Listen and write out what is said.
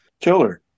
Killer